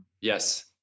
Yes